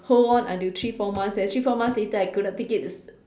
hold on until three four months then three four months later I could not take it